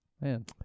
Man